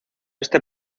este